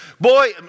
Boy